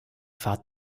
fahrt